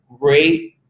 great